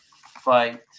fight